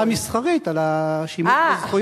המדינה תשלם לחברה המסחרית על השימוש בזכויות.